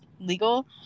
legal